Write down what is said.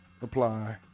apply